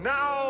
Now